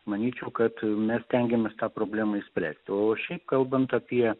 manyčiau kad mes stengiamės tą problemą išspręsti o šiaip kalbant apie